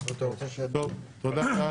תודה.